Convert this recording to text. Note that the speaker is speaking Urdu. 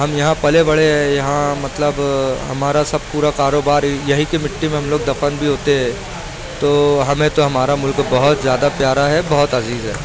ہم یہاں پلے بڑھے ہیں یہاں مطلب ہمارا سب پورا کاروبار یہیں کی مٹی میں ہم لوگ دفن بھی ہوتے ہیں تو ہمیں تو ہمارا ملک بہت زیادہ پیارا ہے بہت عزیز ہے